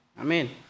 Amen